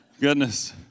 Goodness